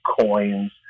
coins